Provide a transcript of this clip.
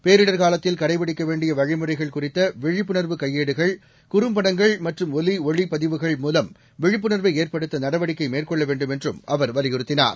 பேரிடர் காலத்தில் கடைபிடிக்க வேண்டிய வழிமுறைகள் குறித்த விழிப்புணர்வு கையேடுகள் குறம்படங்கள் மற்றும் ஒலி ஒளி பதிவுகள் மூலம் விழிப்புணர்வை ஏற்படுத்த நடவடிக்கை மேற்கொள்ள வேண்டும் என்றும் அவர் வலியுறுத்தினார்